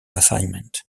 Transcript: assignment